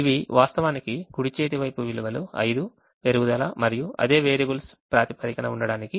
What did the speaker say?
ఇవి వాస్తవానికి కుడి చేతి వైపు విలువలు 5 పెరుగుదల మరియు అదే వేరియబుల్స్ ప్రాతిపదికన ఉండటానికి 2